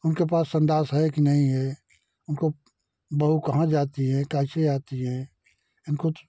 उनके पास संडास है कि नहीं है उनको बहू कहाँ जाती है कैसे आती है इनको